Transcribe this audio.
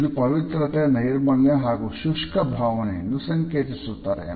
ಇದು ಪವಿತ್ರತೆ ನೈರ್ಮಲ್ಯ ಹಾಗೂ ಶುಷ್ಕ ಭಾವವನ್ನು ಸಂಕೇತಿಸುತ್ತದೆ